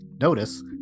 Notice